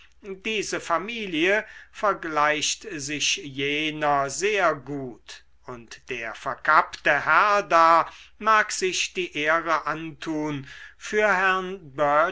diese familie vergleicht sich jener sehr gut und der verkappte herr da mag sich die ehre antun für herrn